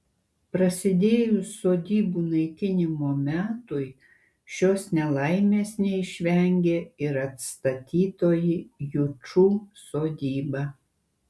prasidėjus sodybų naikinimo metui šios nelaimės neišvengė ir atstatytoji jučų sodyba